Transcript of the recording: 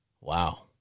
Wow